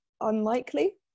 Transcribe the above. unlikely